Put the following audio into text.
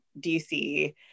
dc